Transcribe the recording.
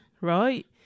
right